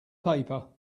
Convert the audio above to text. paper